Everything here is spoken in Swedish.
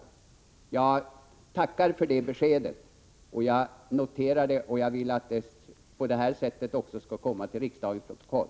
Jag tackar för det beskedet. Jag noterar det, och jag vill att det på det här sättet också skall komma till riksdagens protokoll.